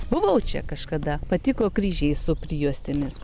buvau čia kažkada patiko kryžiai su prijuostėmis